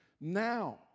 now